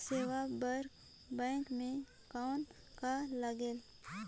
सेवा बर बैंक मे कौन का लगेल?